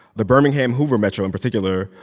the birmingham hoover metro, in particular,